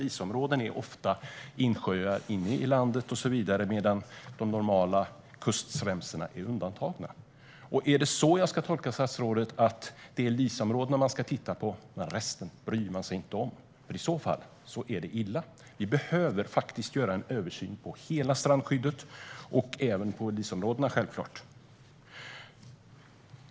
LIS-områden är ofta insjöar inne i landet och så vidare, medan de normala kustremsorna är undantagna. Ska jag tolka statsrådet så att man ska titta på LIS-områdena men att man inte bryr sig om resten? I så fall är det nämligen illa. Vi behöver faktiskt göra en översyn av hela strandskyddet - även LIS-områdena, självklart.